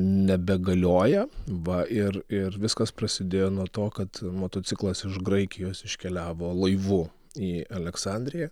nebegalioja va ir ir viskas prasidėjo nuo to kad motociklas iš graikijos iškeliavo laivu į aleksandriją